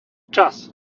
čas